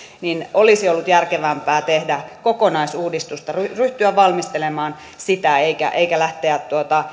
olisi ollut järkevämpää tehdä kokonaisuudistusta ryhtyä valmistelemaan sitä eikä lähteä